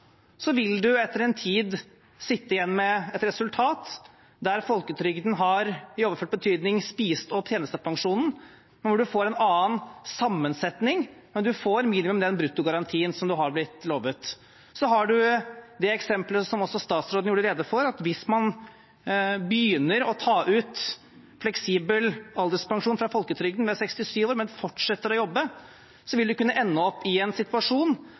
så vil man etter en tid sitte igjen med et resultat der folketrygden har, i overført betydning, spist opp tjenestepensjonen, og hvor man får en annen sammensetning. Men man får minimum den bruttogarantien som man har blitt lovet. Så har man det eksemplet som også statsråden gjorde rede for, at hvis man begynner å ta ut fleksibel alderspensjon fra folketrygden ved 67 år, men fortsetter å jobbe, vil man kunne ende opp i en situasjon